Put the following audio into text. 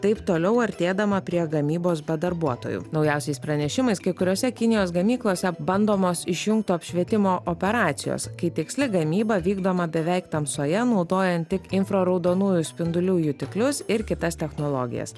taip toliau artėdama prie gamybos be darbuotojų naujausiais pranešimais kai kuriose kinijos gamyklose bandomos išjungto apšvietimo operacijos kai tiksli gamyba vykdoma beveik tamsoje naudojant tik infraraudonųjų spindulių jutiklius ir kitas technologijas